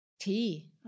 Tea